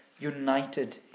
united